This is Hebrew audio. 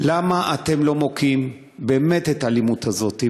למה אתם לא מוקיעים, באמת, את האלימות הזאת?